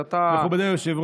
ארבל וקבוצת חברי הכנסת.